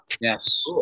Yes